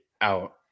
out